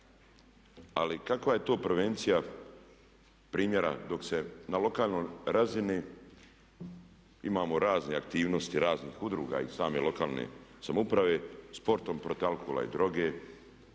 Ali kakva je to prevencija primjera dok se na lokalnoj razini imamo razne aktivnosti raznih udruga i same lokalne samouprave, "Sportom protiv alkohola i droge"